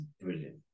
brilliant